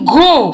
go